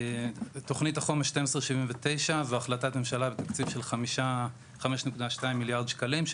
תוכנית החומש 1279 והחלטת ממשלה בתקציב של 5.2 מיליארד שקלים,